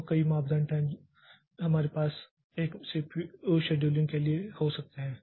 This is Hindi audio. तो कई मापदंड हैं जो हमारे पास एक सीपीयू शेड्यूलिंग के लिए हो सकते हैं